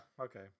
Okay